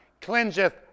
cleanseth